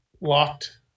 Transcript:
locked